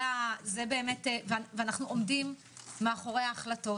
אנחנו עומדים מאחורי ההחלטות,